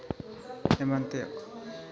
ᱮᱢᱟᱱ ᱛᱮᱭᱟᱜ ᱠᱚ